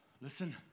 listen